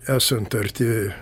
esant arti